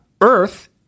Earth